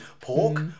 pork